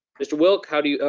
mr. wilk, how do you, er,